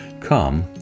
Come